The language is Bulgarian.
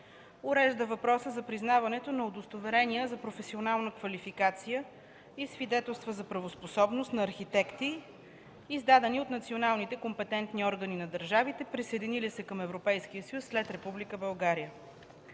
урежда въпроса за признаването на удостоверения за професионална квалификация и свидетелства за правоспособност на архитекти, издадени от националните компетентни органи на държавите, присъединили се към Европейския съюз след Република България.